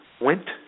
went